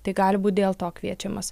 tai gali būti dėl to kviečiamas